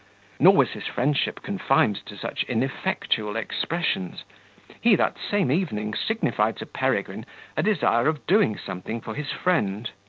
nor was his friendship confined to such ineffectual expressions he that same evening signified to peregrine a desire of doing something for his friend.